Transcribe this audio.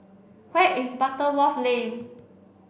where is Butterworth Lane